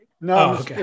No